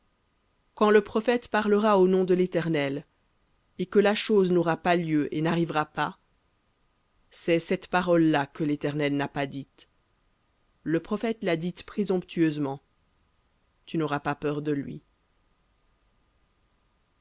quand le prophète parlera au nom de l'éternel et que la chose n'aura pas lieu et n'arrivera pas c'est cette parole là que l'éternel n'a pas dite le prophète l'a dite présomptueusement tu n'auras pas peur de lui